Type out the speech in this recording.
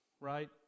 right